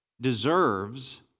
deserves